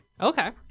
Okay